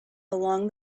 along